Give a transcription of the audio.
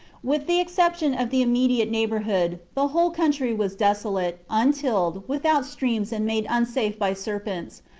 with the exception of the immediate neighbourhood, the whole country was desolate, untilled, without streams, and made unsafe by serpents,